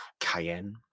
Cayenne